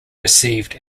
received